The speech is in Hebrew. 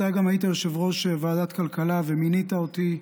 אתה גם היית יושב-ראש ועדת הכלכלה ומינית אותי,